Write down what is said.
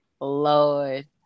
Lord